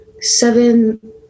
Seven